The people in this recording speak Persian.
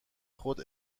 خود